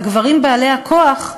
הגברים בעלי הכוח,